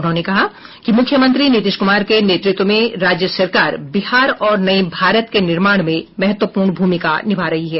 उन्होंने कहा कि मुख्यमंत्री नीतीश कुमार के नेतृत्व में राज्य सरकार बिहार और नए भारत के निर्माण में महत्वपूर्ण भूमिका निभा रही है